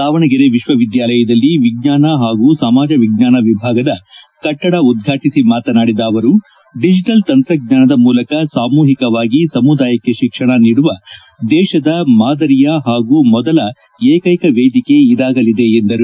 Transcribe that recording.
ದಾವಣಗೆರೆ ವಿಶ್ವವಿದ್ಯಾಲಯದಲ್ಲಿ ವಿಜ್ವಾನ ಹಾಗೂ ಸಮಾಜವಿಜ್ವಾನ ವಿಭಾಗದ ಕಟ್ಷಡ ಉದ್ವಾಟಿಸಿ ಮಾತನಾಡಿದ ಅವರು ಡಿಜಿಟಲ್ ತಂತ್ರಜ್ಞಾನದ ಮೂಲಕ ಸಾಮೂಹಿಕವಾಗಿ ಸಮುದಾಯಕ್ಕೆ ಶಿಕ್ಷಣಿನೀಡುವ ದೇಶದ ಮಾದರಿಯ ಹಾಗೂ ಮೊದಲ ಏಕ್ಕೆಕ ವೇದಿಕೆ ಇದಾಗಲಿದೆ ಎಂದರು